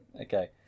Okay